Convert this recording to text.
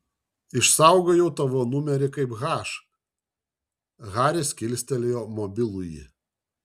išsaugojau tavo numerį kaip h haris kilstelėjo mobilųjį